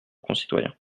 concitoyens